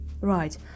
right